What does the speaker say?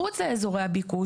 מחוץ לאזורי הביקוש,